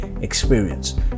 experience